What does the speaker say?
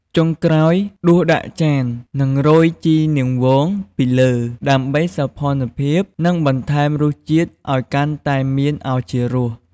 ចុងក្រោយដួសដាក់ចាននិងរោយជីនាងវងពីលើ ដើម្បីសោភ័ណភាពនិងបន្ថែមរសជាតិឱ្យកាន់តែមានឱជារស។